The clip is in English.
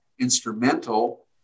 instrumental